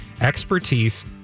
expertise